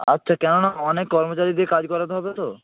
আচ্ছা কেননা অনেক কর্মচারী দিয়ে কাজ করাতে হবে তো